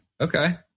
Okay